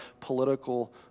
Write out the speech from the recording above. political